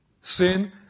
Sin